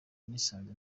nisanga